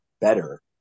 better